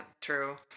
true